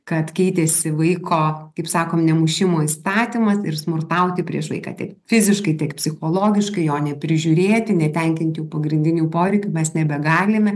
kad keitėsi vaiko kaip sakom nemušimo įstatymas ir smurtauti prieš vaiką tiek fiziškai tiek psichologiškai jo neprižiūrėti netenkinti pagrindinių poreikių mes nebegalime